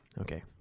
Okay